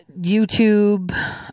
YouTube